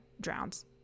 drowns